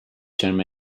term